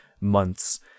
months